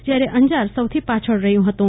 જ્યારે અંજાર સૌથી પાછળ રહ્યું હતું